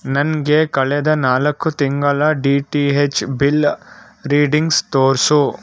ನನಗೆ ಕಳೆದ ನಾಲ್ಕು ತಿಂಗಳ ಡಿ ಟಿ ಹೆಚ್ ಬಿಲ್ಲ ರೀಡಿಂಗ್ಸ್ ತೋರಿಸು